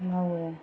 मावो